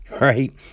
Right